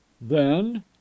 Then